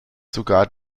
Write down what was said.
sogar